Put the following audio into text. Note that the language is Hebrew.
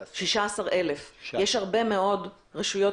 16,000. יש הרבה מאוד רשויות,